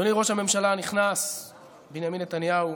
אדוני ראש הממשלה הנכנס בנימין נתניהו,